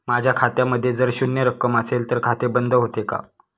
माझ्या खात्यामध्ये जर शून्य रक्कम असेल तर खाते बंद होते का?